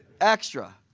extra